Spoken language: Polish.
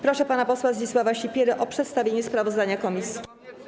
Proszę pana posła Zdzisława Sipierę o przedstawienie sprawozdania komisji.